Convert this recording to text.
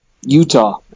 Utah